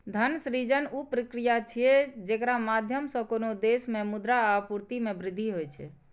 धन सृजन ऊ प्रक्रिया छियै, जेकरा माध्यम सं कोनो देश मे मुद्रा आपूर्ति मे वृद्धि होइ छै